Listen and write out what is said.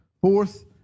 Fourth